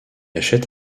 achète